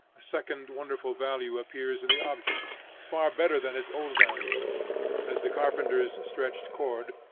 a second wonderful value appears in the object, far better than its old value as the carpenter's stretched cord,